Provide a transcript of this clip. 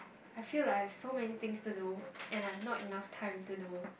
I feel like I have so many things to do and I've not enough time to do